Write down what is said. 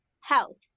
health